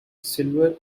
silver